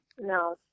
No